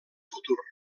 futur